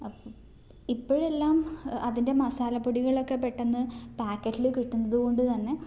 അപ്പം ഇപ്പോഴെല്ലാം അതിൻ്റെ മസാലപ്പൊടികളൊക്കെ പെട്ടെന്ന് പാക്കറ്റിൽ കിട്ടുന്നത് കൊണ്ട് തന്നെ